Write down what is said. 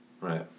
Right